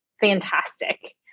fantastic